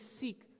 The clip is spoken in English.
seek